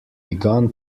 begun